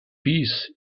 peace